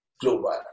global